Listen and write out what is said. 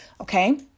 Okay